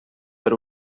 per